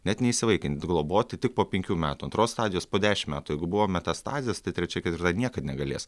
net neįsivaikinti globoti tik po penkių metų antros stadijos po dešimt metų jeigu buvo metastazės tai trečiai ketvirtai niekad negalės